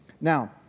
Now